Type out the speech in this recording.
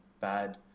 bad